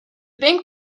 bank